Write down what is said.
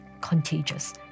contagious